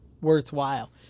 worthwhile